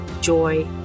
joy